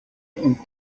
und